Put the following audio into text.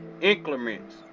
increments